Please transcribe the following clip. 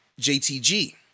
JTG